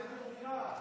חוקה, חוקה.